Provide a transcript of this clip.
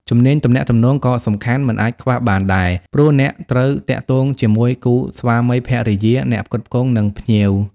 ជំនាញទំនាក់ទំនង ក៏សំខាន់មិនអាចខ្វះបានដែរ ព្រោះអ្នកត្រូវទាក់ទងជាមួយគូស្វាមីភរិយា អ្នកផ្គត់ផ្គង់ និងភ្ញៀវ។